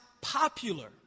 popular